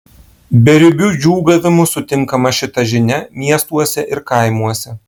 beribiu džiūgavimu sutinkama šita žinia miestuose ir kaimuose